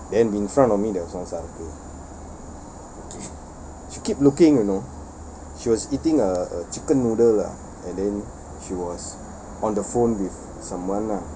then in front of me there was one she keep looking you know she was eating a a chicken noodle lah and then she was on the phone with someone lah